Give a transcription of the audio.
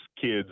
kids